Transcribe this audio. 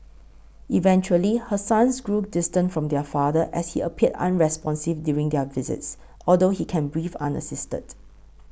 eventually her sons grew distant from their father as he appeared unresponsive during their visits although he can breathe unassisted